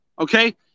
okay